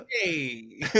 Hey